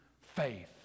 faith